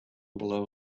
below